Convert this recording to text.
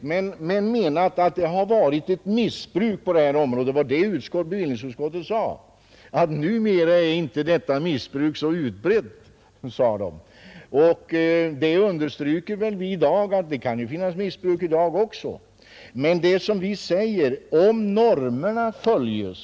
Men vi har menat att det har förekommit missbruk tidigare på detta område. Det var vad bevillningsutskottet förklarade. Men numera är inte det missbruket så utbrett. Vi säger visserligen att visst kan det förekomma missbruk i dag också, men om normerna följs